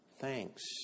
thanks